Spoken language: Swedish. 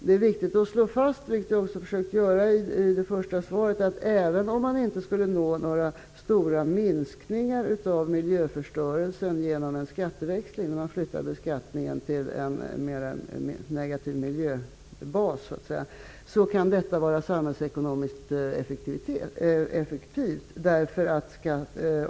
Det är viktigt att slå fast, vilket jag också har försökt göra i mitt svar, att en skatteväxling, när man så att säga flyttar beskattningen till en negativ miljöbas, kan vara samhällsekonomiskt effektiv även om man inte skulle nå några stora minskningar av miljöförstörelsen.